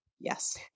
Yes